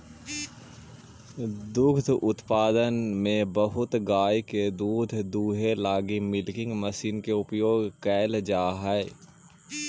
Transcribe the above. दुग्ध उत्पादन में बहुत गाय के दूध दूहे लगी मिल्किंग मशीन के उपयोग कैल जा हई